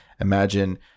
imagine